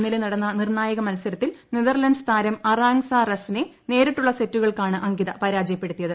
ഇന്നലെ നടന്ന നിർണ്ണായക മൽസരത്തിൽ നെതർലന്റ്സ് താരം അറാങ്സ റസ് നെ നേരിട്ടുള്ള സെറ്റുകൾക്കാണ് അംകിത പരാജയപ്പെടുത്തിയത്